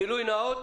גילוי נאות,